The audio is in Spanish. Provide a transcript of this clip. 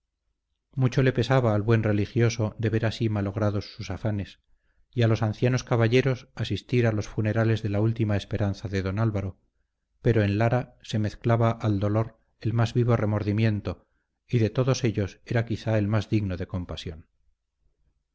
mucho le pesaba al buen religioso de ver así malogrados sus afanes y a los ancianos caballeros asistir a los funerales de la última esperanza de don álvaro pero en lara se mezclaba al dolor el más vivo remordimiento y de todos ellos era quizá el más digno de compasión